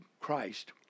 Christ